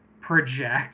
project